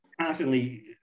constantly